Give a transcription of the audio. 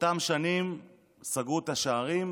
באותן שנים סגרו את השערים,